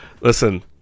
listen